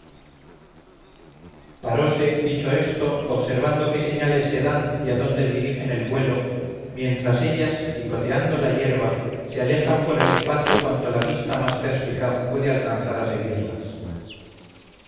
parose dicho esto observando qué señales le dan y adónde dirigen el vuelo mientras ellas picoteando la hierba se alejan por el espacio cuanto la vista más perspicaz puede alcanzar a seguirlas